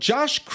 Josh